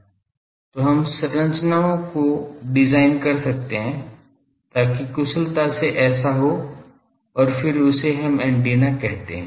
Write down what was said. तो हम संरचनाओं को डिज़ाइन कर सकते हैं ताकि कुशलता से ऐसा हो और फिर उसे हम एंटीना कहते हैं